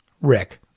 Rick